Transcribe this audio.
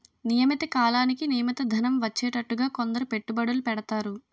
నియమిత కాలానికి నియమిత ధనం వచ్చేటట్టుగా కొందరు పెట్టుబడులు పెడతారు